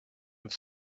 have